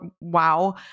Wow